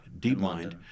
DeepMind